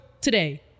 today